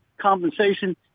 compensation